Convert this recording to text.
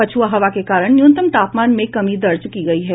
पछ्आ हवा के कारण न्यूनतम तापमान में कमी दर्ज की गई है